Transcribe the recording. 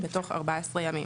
בתוך 14 ימים,